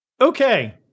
okay